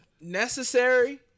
necessary